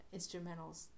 instrumentals